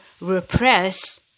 repress